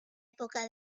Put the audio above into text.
época